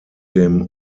dem